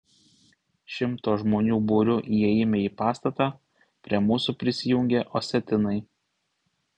šimto žmonių būriu įėjime į pastatą prie mūsų prisijungė osetinai